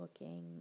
looking